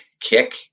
kick